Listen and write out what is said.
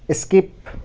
skip